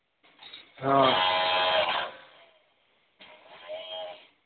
हाँ